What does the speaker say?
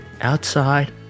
Outside